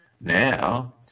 Now